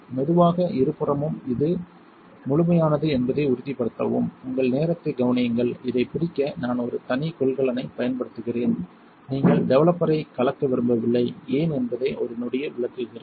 மெதுவாக இருபுறமும் இது முழுமையானது என்பதை உறுதிப்படுத்தவும் உங்கள் நேரத்தை கவனியுங்கள் இதைப் பிடிக்க நான் ஒரு தனி கொள்கலனைப் பயன்படுத்துகிறேன் நீங்கள் டெவலப்பரை கலக்க விரும்பவில்லை ஏன் என்பதை ஒரு நொடியில் விளக்குகிறேன்